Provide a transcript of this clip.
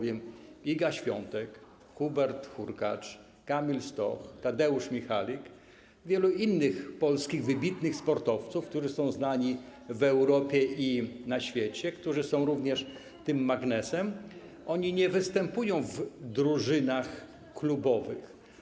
Iga Świątek, Hubert Hurkacz, Kamil Stoch, Tadeusz Michalik, wielu innych polskich wybitnych sportowców, którzy są znani w Europie i na świecie i którzy również są tym magnesem - oni nie występują w drużynach klubowych.